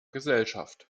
gesellschaft